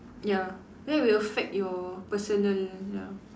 ya that will affect your personal ya